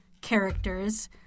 characters